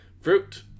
Fruit